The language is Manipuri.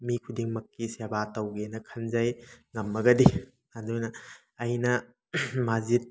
ꯃꯤ ꯈꯨꯗꯤꯡꯃꯛꯀꯤ ꯁꯦꯕꯥ ꯇꯧꯒꯦꯅ ꯈꯟꯖꯩ ꯉꯝꯃꯒꯗꯤ ꯑꯗꯨꯅ ꯑꯩꯅ ꯃꯁꯖꯤꯠ